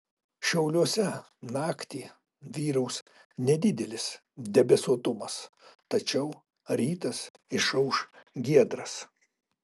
šiauliuose naktį vyraus nedidelis debesuotumas tačiau rytas išauš giedras